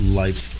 life